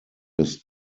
his